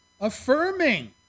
affirming